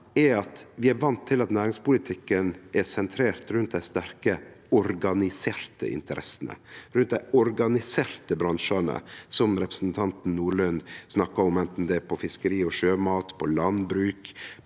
at vi er vande til at næringspolitikken er sentrert rundt dei sterke organiserte interessene, rundt dei organiserte bransjane som representanten Nordlund snakka om. Anten det er fiskeri og sjømat, landbruk